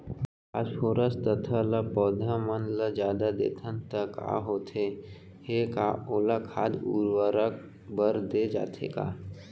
Phosphorus तथा ल पौधा मन ल जादा देथन त का होथे हे, का ओला खाद उर्वरक बर दे जाथे का?